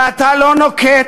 ואתה לא נוקט